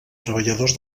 treballadors